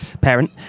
parent